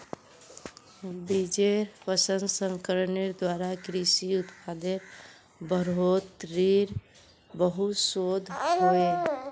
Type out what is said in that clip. बिजेर प्रसंस्करनेर द्वारा कृषि उत्पादेर बढ़ोतरीत बहुत शोध होइए